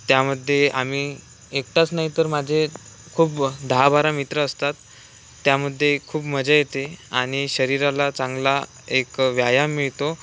त्यामध्ये आम्ही एकटाच नाही तर माझे खूप दहा बारा मित्र असतात त्यामध्ये खूप मजा येते आणि शरीराला चांगला एक व्यायाम मिळतो